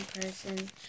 person